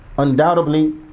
Undoubtedly